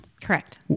Correct